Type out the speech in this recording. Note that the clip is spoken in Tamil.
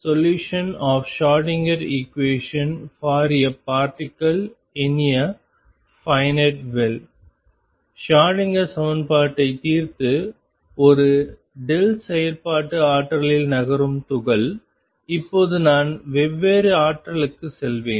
solution of Schrodinger equation for a particle in a finite well Schrodinger சமன்பாட்டைத் தீர்த்து ஒரு செயல்பாட்டு ஆற்றலில் நகரும் துகள் இப்போது நான் வெவ்வேறு ஆற்றல்களுக்குச் செல்வேன்